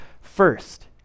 first